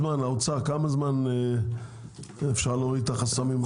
האוצר, תוך כמה זמן אפשר להוריד את החסמים האלה?